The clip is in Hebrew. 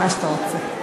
מה שאתה רוצה.